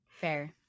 fair